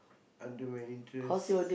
under my interest